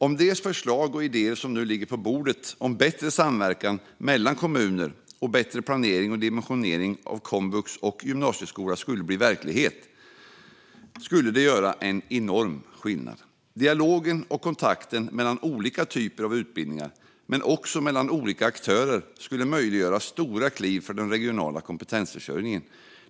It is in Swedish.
Om de förslag och idéer som nu ligger på bordet om bättre samverkan mellan kommuner och bättre planering och dimensionering av komvux och gymnasieskola skulle bli verklighet, skulle det göra enorm skillnad. Dialogen och kontakten mellan olika typer av utbildningar, men också mellan olika aktörer, skulle möjliggöra stora kliv för den regionala kompetensförsörjningen.